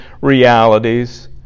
realities